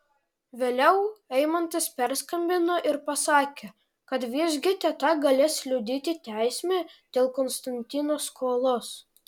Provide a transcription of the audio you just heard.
vėliau eimantas perskambino ir pasakė kad visgi teta galės liudyti teisme dėl konstantino skolos